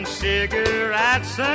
cigarettes